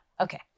okay